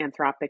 Anthropic